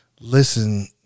listen